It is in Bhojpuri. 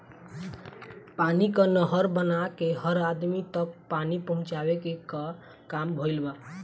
पानी कअ नहर बना के हर अदमी तक पानी पहुंचावे कअ काम भइल